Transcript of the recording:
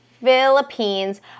Philippines